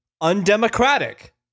undemocratic